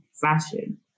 fashion